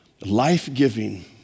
life-giving